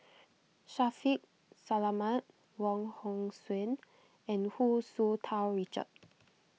Shaffiq Selamat Wong Hong Suen and Hu Tsu Tau Richard